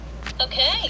Okay